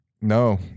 No